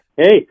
Hey